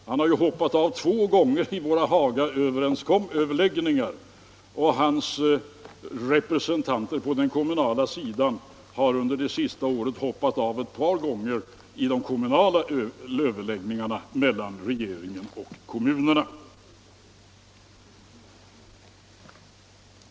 Han har ju hoppat av två gånger från våra Hagaöverläggningar, och hans representanter på den kommunala sidan har under det senaste året hoppat av ett par gånger i överläggningarna mellan regeringen och kommunerna.